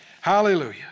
Hallelujah